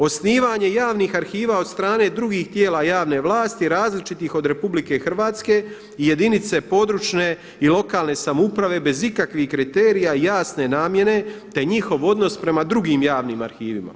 Osnivanje javnih arhiva od strane drugih tijela javne vlasti različitih od Republike Hrvatske i jedinice područne i lokalne samouprave bez ikakvih kriterija, jasne namjene te njihov odnos prema drugim javnim arhivima.